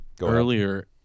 earlier